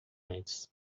antes